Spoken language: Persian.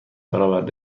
برآورده